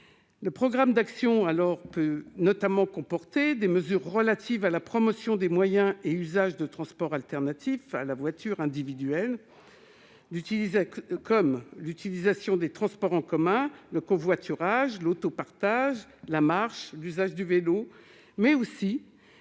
Le programme d'actions peut notamment comporter des mesures relatives à la promotion des moyens et usages de transports alternatifs à la voiture individuelle- utilisation des transports en commun, covoiturage, autopartage, marche ou usage du vélo -, mais aussi